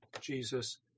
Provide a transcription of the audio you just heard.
Jesus